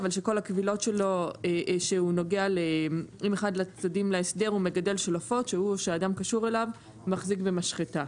אבל כל הקבילות שלו עופות שאדם קשור אליו מחזיק במשחטה.